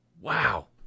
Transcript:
Wow